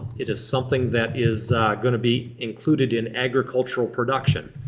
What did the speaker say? it is something that is going to be included in agricultural production.